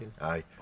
aye